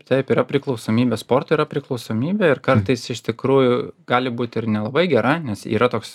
taip yra priklausomybė sportui yra priklausomybė ir kartais iš tikrųjų gali būt ir nelabai gera nes yra toks